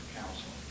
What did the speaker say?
counsel